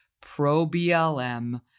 pro-BLM